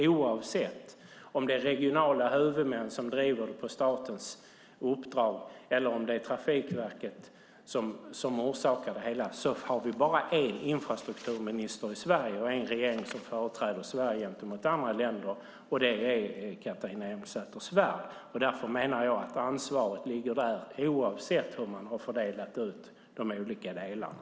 Oavsett om det är regionala huvudmän som driver det på statens uppdrag eller Trafikverket som orsakar det hela har vi bara en infrastrukturminister i Sverige och en regering som företräder Sverige gentemot andra länder. Det är Catharina Elmsäter-Svärd som ansvarar för det. Därför menar jag att ansvaret ligger där oavsett hur man har fördelat de olika delarna.